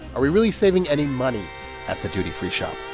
are we really saving any money at the duty-free shop?